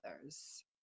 others